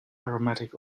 aromatic